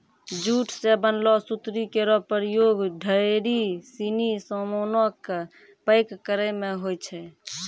jute सें बनलो सुतरी केरो प्रयोग ढेरी सिनी सामानो क पैक करय म होय छै